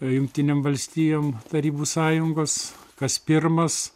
jungtinėm valstijom tarybų sąjungos kas pirmas